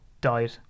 died